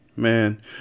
Man